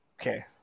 Okay